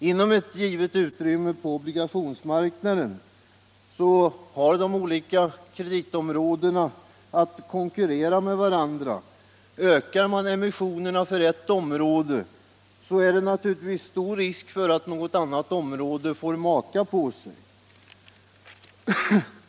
Inom ett givet utrymme på obligationsmarknaden har de olika kreditområdena att konkurrera med varandra. Ökar man emissionerna för ett område är det naturligtvis stor risk för att något annat område får maka på sig.